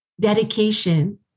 dedication